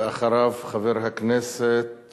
אחריו, חבר הכנסת